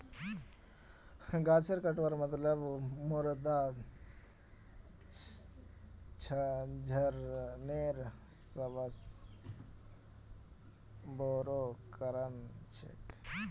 गाछेर कटवार मतलब मृदा क्षरनेर सबस बोरो कारण छिके